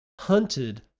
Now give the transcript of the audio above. hunted